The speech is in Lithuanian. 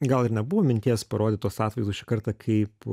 gal ir nebuvo minties parodyt tuos atvaizdus šį kartą kaip